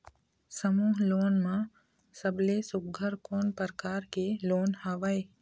समूह लोन मा सबले सुघ्घर कोन प्रकार के लोन हवेए?